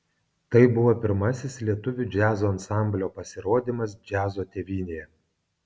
tai buvo pirmasis lietuvių džiazo ansamblio pasirodymas džiazo tėvynėje